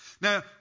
Now